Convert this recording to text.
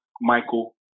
Michael